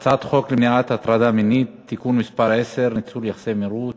הצעת חוק למניעת הטרדה מינית (תיקון מס' 10) (ניצול יחסי מרות